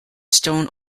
stone